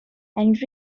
and